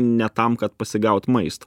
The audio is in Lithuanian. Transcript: ne tam ka pasigaut maist